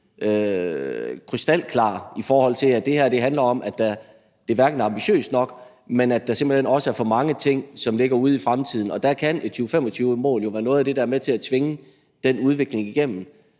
krystalklar, i forhold til at det her handler om, at det ikke er ambitiøst nok, og at der simpelt hen også er for mange ting, som ligger ude i fremtiden, og der kan et 2025-mål jo være noget af det, der er med til at tvinge den udvikling igennem.